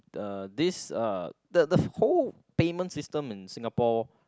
uh this uh the the whole payment system in Singapore